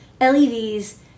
LEDs